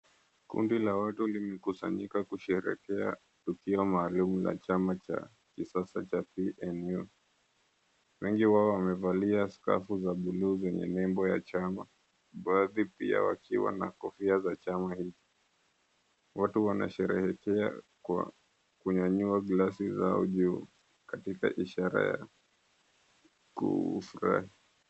Kundi la watu limekusanyika kusherekea tukio maalum la chama cha kisasa cha PNU. Wengi wao wamevalia skafu za buluu zenye nembo ya chama. Baadhi pia wakiwa na kofia za chama hicho. Watu wanasherehekea kwa kunyanyua glasi zao juu katika ishara ya kufurahi.